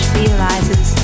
realizes